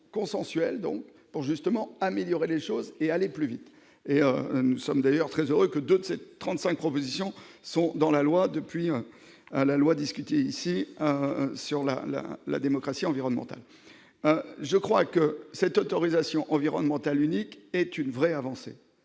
consensuelles donc pour justement améliorer les choses et aller plus vite et nous sommes d'ailleurs très heureux que donne cette 35 propositions sont dans la loi depuis à la loi discutée ici, si on la la la démocratie environnementale, je crois que cette autorisation environnementale unique est une vraie avancée